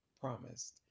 promised